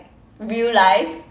real life